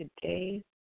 today